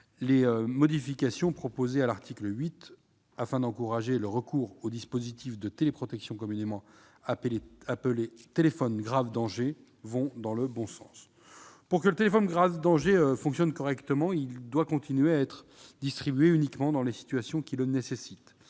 les modifications proposées de l'article 8 afin d'encourager le recours au dispositif de téléprotection communément appelé « téléphone grave danger » vont dans le bon sens. Pour que le téléphone grave danger fonctionne correctement, il doit continuer à être attribué uniquement dans les situations qui le nécessitent.